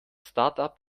startup